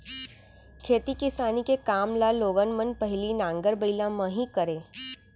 खेती किसानी के काम ल लोगन मन पहिली नांगर बइला म ही करय